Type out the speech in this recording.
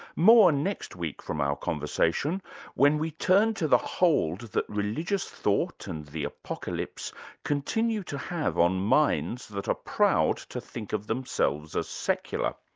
more next week from our conversation when we talk to the hold that religious thought and the apocalypse continue to have on minds that are proud to think of themselves as secular.